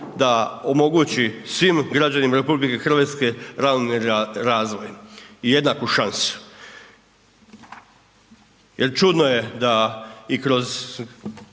da omogući svim građanima RH ravnomjerni razvoj i jednaku šansu. Jer čudno je da i kroz